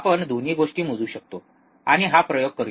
आपण दोन्ही गोष्टी मोजू शकतो आणि हा प्रयोग करूया